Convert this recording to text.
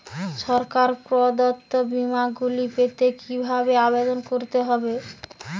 সরকার প্রদত্ত বিমা গুলি পেতে কিভাবে আবেদন করতে হবে?